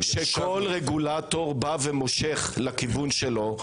שכל רגולטור בא ומושך לכיוון שלו,